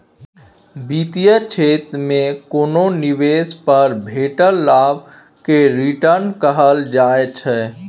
बित्तीय क्षेत्र मे कोनो निबेश पर भेटल लाभ केँ रिटर्न कहल जाइ छै